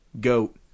goat